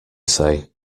say